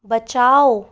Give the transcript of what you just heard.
बचाओ